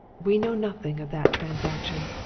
we know nothing of that transaction.